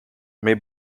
mes